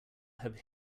have